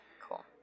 cool